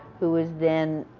who was then